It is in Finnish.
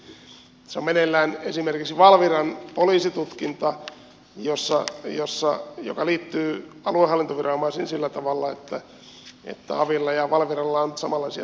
tässä on meneillään esimerkiksi valviran poliisitutkinta joka liittyy aluehallintoviranomaisiin sillä tavalla että avilla ja valviralla on nyt samanlaisia tehtäviä